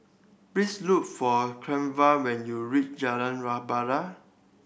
please look for Cleva when you reach Jalan Rebana